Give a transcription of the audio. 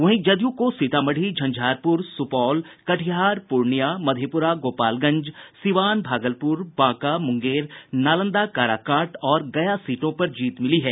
वहीं जदयू को सीतामढ़ी झंझारपुर सुपौल कटिहार पूर्णियां मधेपुरा गोपालगंज सिवान भागलपुर बांका मुंगेर नालंदा काराकाट और गया सीटों पर जीत मिली है